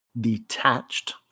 detached